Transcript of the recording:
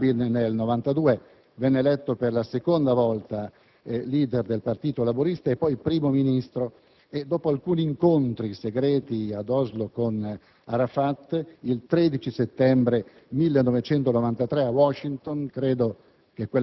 Rabin nel 1992 venne eletto per la seconda volta *leader* del partito laburista e poi Primo ministro. Dopo alcuni incontri segreti ad Oslo con Arafat, il 13 settembre 1993, a Washington (credo